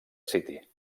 city